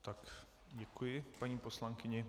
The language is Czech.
Tak děkuji paní poslankyni.